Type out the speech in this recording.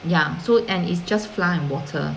ya so and it's just flour and water